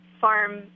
farm